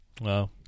Wow